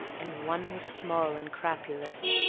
and one was small and crapulous,